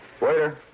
Waiter